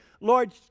Lord